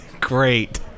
Great